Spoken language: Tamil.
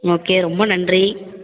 ஓகே ரொம்ப நன்றி